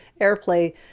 airplay